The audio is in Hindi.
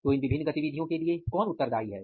तो इन विभिन्न गतिविधियों के लिए कौन उत्तरदायी है